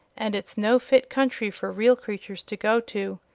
and it's no fit country for real creatures to go to.